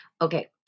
Okay